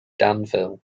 danville